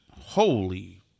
Holy